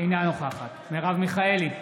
אינה נוכחת מרב מיכאלי,